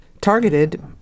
targeted